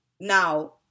Now